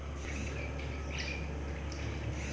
একশ বছর ধরে বাঁশ গাছগুলোতে ফুল হচ্ছে